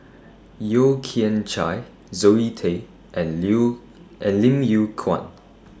Yeo Kian Chai Zoe Tay and Leo and Lim Yew Kuan